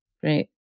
Great